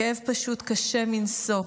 הכאב פשוט קשה מנשוא,